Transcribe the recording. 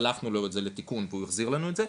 שלחנו לו את זה לתיקון והוא החזיר לנו את זה,